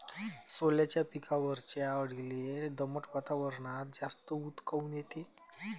सोल्याच्या पिकावरच्या अळीले दमट वातावरनात जास्त ऊत काऊन येते?